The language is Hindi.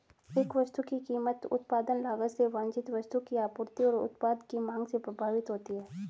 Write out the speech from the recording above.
एक वस्तु की कीमत उत्पादन लागत से वांछित वस्तु की आपूर्ति और उत्पाद की मांग से प्रभावित होती है